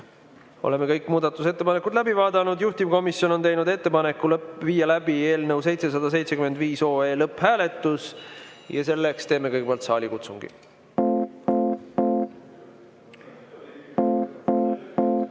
Oleme kõik muudatusettepanekud läbi vaadanud. Juhtivkomisjon on teinud ettepaneku viia läbi eelnõu 775 lõpphääletus ja selleks teeme kõigepealt saalikutsungi. Head